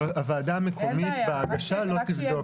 הוועדה המקומית בהגשה לא תבדוק את זה.